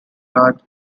guard